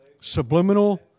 Subliminal